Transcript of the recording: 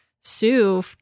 sue